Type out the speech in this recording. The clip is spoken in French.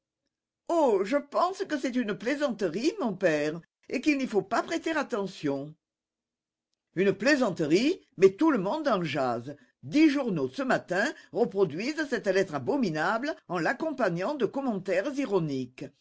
oh je pense que c'est une plaisanterie mon père et qu'il n'y faut pas prêter attention une plaisanterie mais tout le monde en jase dix journaux ce matin reproduisent cette lettre abominable en l'accompagnant de commentaires ironiques